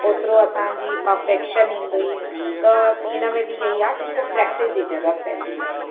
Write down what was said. ओतिरो असांजी पर्फ़ेक्शन ईंदी त हिन में बि इहो आहे कि ख़ूबु प्रेक्टिस जी ज़रूरत पवंदी आहे